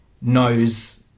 knows